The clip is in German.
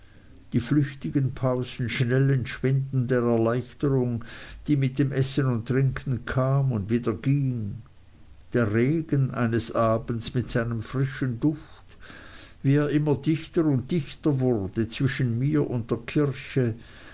die flüchtigen pausen schnell entschwindender erleichterung die mit dem essen und trinken kam und wieder ging der regen eines abends mit seinem frischen duft wie er immer dichter und dichter wurde zwischen mir und der kirche